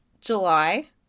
July